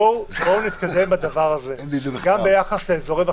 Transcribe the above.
בואו נתקדם בדבר הזה, גם ביחס לאזורים אחרים.